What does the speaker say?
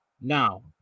Now